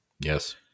Yes